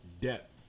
depth